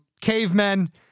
cavemen